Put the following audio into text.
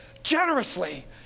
generously